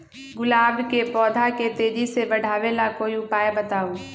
गुलाब के पौधा के तेजी से बढ़ावे ला कोई उपाये बताउ?